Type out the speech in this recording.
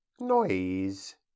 noise